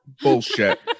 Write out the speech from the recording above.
bullshit